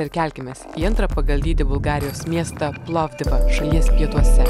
ir kelkimės į antrą pagal dydį bulgarijos miestą plovdivą šalies pietuose